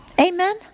Amen